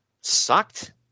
sucked